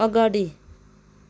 अगाडि